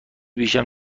پیشم